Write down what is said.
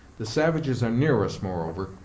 the savages are near us, moreover,